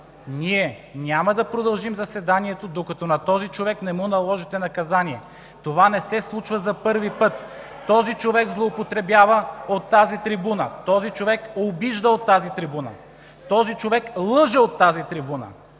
ние няма да продължим заседанието, докато на този човек не му наложите наказание. Това не се случва за първи път! (Шум и реплики.) Този човек злоупотребява от тази трибуна! Този човек обижда от тази трибуна! Този човек лъже от тази трибуна!